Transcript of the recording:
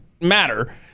matter